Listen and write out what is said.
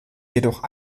jedoch